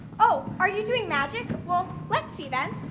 oh, are you doing magic? well let's see then.